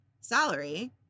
salary